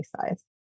size